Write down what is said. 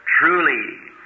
Truly